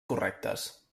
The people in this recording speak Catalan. correctes